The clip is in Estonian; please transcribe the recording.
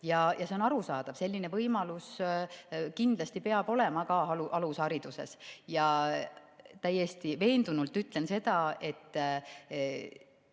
ja see on arusaadav, selline võimalus kindlasti peab olema ka alushariduses. Ja täiesti veendunult ütlen, et